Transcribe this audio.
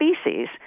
species